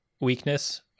weakness